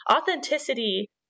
authenticity